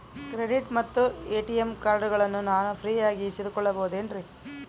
Credit ಮತ್ತ ATM ಕಾರ್ಡಗಳನ್ನ ನಾನು ಫ್ರೇಯಾಗಿ ಇಸಿದುಕೊಳ್ಳಬಹುದೇನ್ರಿ?